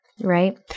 right